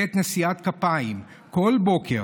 בעת נשיאת כפיים כל בוקר,